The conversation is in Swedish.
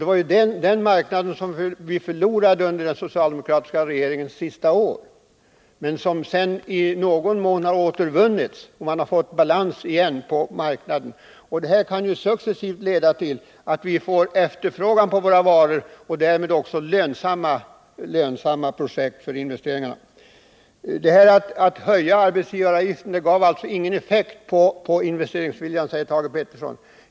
Det var en del av den marknaden som gick förlorad under den socialdemokratiska regeringens sista år men som sedan i någon mån har återvunnits så att man har fått balans igen på marknaden tack vare trepartiregeringens åtgärder. Detta kan leda till en successivt ökad efterfrågan på våra varor och därmed lönsamma projekt för investeringar. Borttagandet av arbetsgivaravgiften gav ingen effekt på investeringsviljan, sade Thage Peterson.